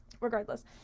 Regardless